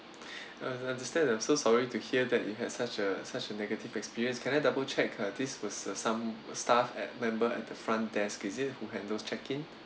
uh I understand I'm so sorry to hear that you had such a such a negative experience can I double checked uh this was uh some staff at member at the front desk is it who handles check in